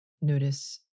Notice